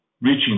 reaching